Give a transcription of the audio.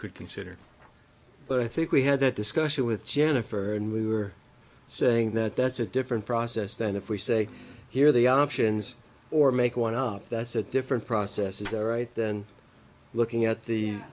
could consider but i think we had that discussion with jennifer and we were saying that that's a different process than if we say here are the options or make one up that's a different process is there right then looking at the